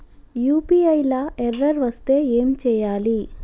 UPI లా error వస్తే ఏం చేయాలి?